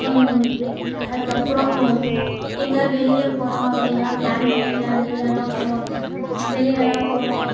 அதுக்கப்புறம் எங்கே வெளியில் போகனும் அப்படியெல்லாம் ப்ளான் பண்ணிட்டுலாம் வெளியேலலாம் போ வெளியேலலாம் போவோம்